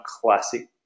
classic